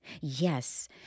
Yes